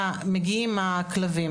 מגיעים הכלבים.